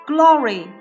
Glory